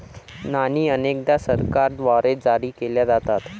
नाणी अनेकदा सरकारद्वारे जारी केल्या जातात